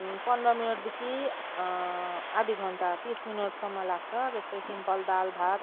पन्ध्र मिनटदेखि आधी घन्टा तिस मिनटसम्म लाग्छ जस्तै सिम्पल दालभात